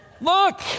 Look